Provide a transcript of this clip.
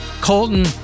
Colton